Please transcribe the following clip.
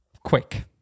quick